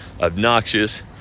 obnoxious